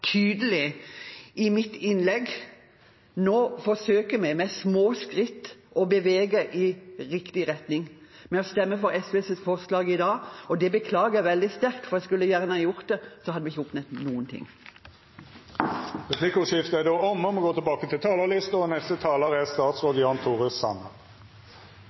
tydelig i mitt innlegg nå – jeg forsøker med små skritt å bevege dette i riktig retning. Med å stemme for SVs forslag i dag – jeg beklager det veldig sterkt, for jeg skulle gjerne gjort det – hadde vi ikke oppnådd noen ting. Replikkordskiftet er omme. Et av regjeringens hovedprosjekter er å gjennomføre et integreringsløft. Målet er at innvandrere i større grad skal delta i arbeids- og